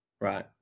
Right